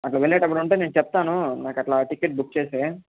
అది వెళ్ళేటట్లు ఉంటే నేను చెప్తాను నాకు అట్లా టికెట్ బుక్ చేసేయి